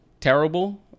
terrible